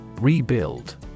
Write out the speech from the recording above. Rebuild